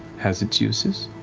has its uses.